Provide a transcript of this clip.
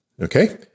okay